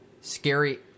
scary